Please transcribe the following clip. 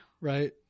Right